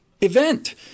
event